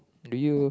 do you